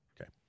Okay